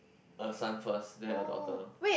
a son first then a daughter